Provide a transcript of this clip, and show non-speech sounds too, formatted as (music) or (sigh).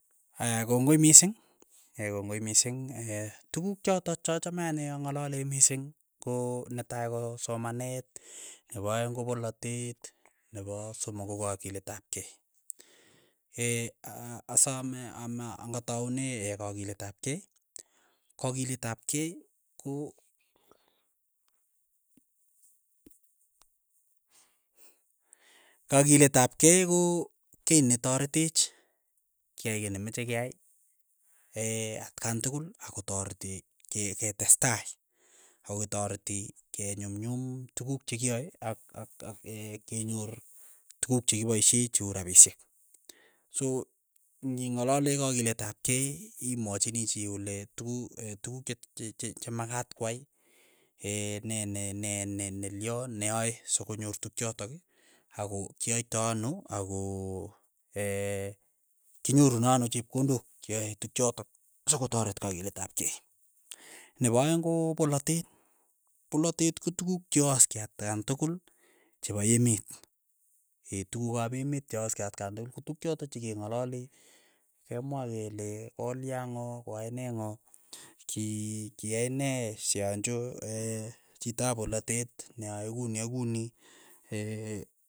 Aya kongoi mising, (hesitation) kongoi mising (hesitation) tukuk chotok achame ang'alale mising, ko netai ko somanet nepo aeng' ko polatet, nepo somok ko kakilet ap kei, (hesitation) aa asame ama ang'ataune (hesitation) kakilet ap kei, kakilet ap kei ko (hesitation) kakilet ap kei ko kei ne taretech, keyai kei nemeche keyai, (hesitation) atkan tukul akotaretech ke- ketestai akotareti ke nyumnyum tukuk chekiae ak- ak- ak (hesitation) kenyoor tukuk chekipaishee che uu rapishek, so ng'ing'alale kakilet ap kei imwachini chii kole tuku tukuk chet che- che- chemakat kwai (hesitation) nee ne- ne- ne nelion ne ae sokonyor tukchotok ii, ako kiyaitoi ano ako (hesitation) kinyoru ne ano chepkondok che ae tukchotok sokotaret kakilet ap kei, nepo aeng' ko polatet, polatet ko tukuk che aaske atkan tukul chepo emet, (hesitation) tukuk ap emet che aaske atkan tukul ko tuk chotok che keng'alale, kemwa kele kolya ng'o koyai ne ng'o ki kiyai ne shanjo (hesitation) chitap polatet ne yae kuni ak kuni ee.